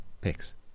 picks